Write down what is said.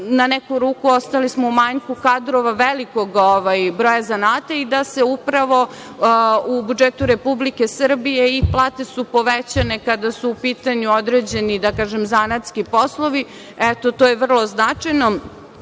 na neku ruku ostali smo u manjku kadrova velikog broja zanata i da su u budžetu Republike Srbije plate povećane kada su u pitanju određeni zanatski poslovi. Takođe u okviru nacionalnog